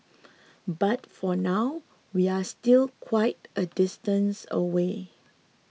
but for now we're still quite a distance away